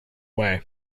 way